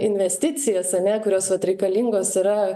investicijas ane kurios vat reikalingos yra